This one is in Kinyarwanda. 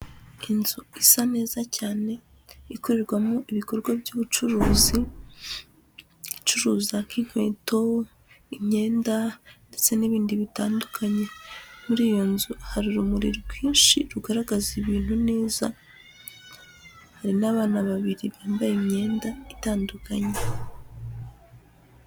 Inzu isa neza cyane ikorerwamo ibikorwa by'ubucuruzi, icuruza nk'inkweto, imyenda ndetse n'ibindi bitandukanye, muri iyo nzu hari urumuri rwinshi rugaragaza ibintu neza, hari n'abana babiri bambaye imyenda itandukanye.